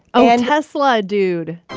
oh, and tesla dude